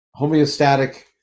homeostatic